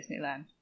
Disneyland